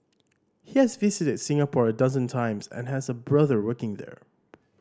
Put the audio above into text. he has visited Singapore a dozen times and has a brother working there